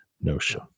notion